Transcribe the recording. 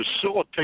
facilitate